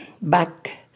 back